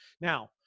Now